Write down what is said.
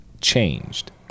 changed